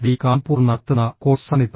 T Kanpur നടത്തുന്ന കോഴ്സാണിത്